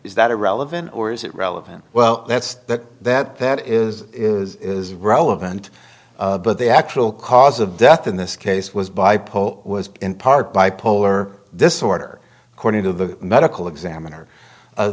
that relevant or is it relevant well that's that that is is relevant but the actual cause of death in this case was bipolar was in part bipolar disorder according to the medical examiner